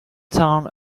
town